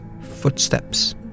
footsteps